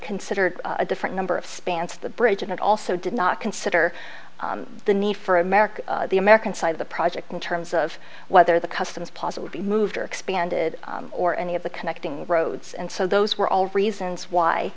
considered a different number of spans the bridge and it also did not consider the need for america the american side of the project in terms of whether the customs possibly moved or expanded or any of the connecting roads and so those were all reasons why